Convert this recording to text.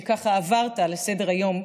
שככה עברת לסדר-היום,